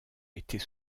était